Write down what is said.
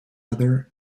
other